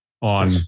on